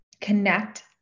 connect